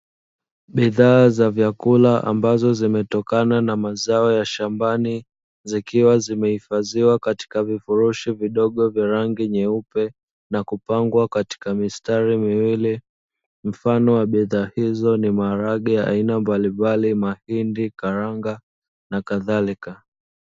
Bidhaa za vyakula ambazo zimetokana na mazao ya shambani, zikiwa zimehifadhiwa katika vifurushi vidogo vya rangi nyeupe, na kupangwa katika mistari miwili. Mfano wa bidhaa hizo ni maharage ya aina mbalimbali, mahindi, karanga na kadhalika.